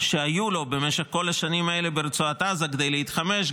שהיו לו במשך כל השנים האלה ברצועת עזה כדי להתחמש,